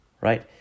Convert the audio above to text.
right